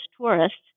tourists